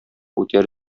үтәр